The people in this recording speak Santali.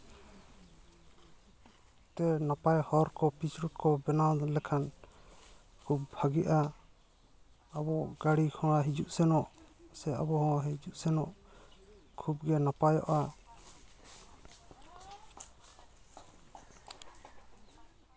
ᱛᱮ ᱱᱟᱯᱟᱭ ᱦᱚᱨ ᱠᱚ ᱯᱤᱪ ᱨᱳᱰ ᱠᱚ ᱵᱮᱱᱟᱣ ᱞᱮᱠᱷᱟᱱ ᱠᱷᱩᱵ ᱵᱷᱟᱹᱜᱤᱜᱼᱟ ᱟᱵᱚᱣᱟᱜ ᱜᱟᱹᱰᱤ ᱜᱷᱚᱲᱟ ᱦᱤᱡᱩᱜ ᱥᱮᱱᱚᱜ ᱥᱮ ᱟᱵᱚ ᱦᱚᱸ ᱦᱤᱡᱩᱜ ᱥᱮᱱᱚᱜ ᱠᱷᱩᱵ ᱜᱮ ᱱᱟᱯᱟᱭᱚᱜᱼᱟ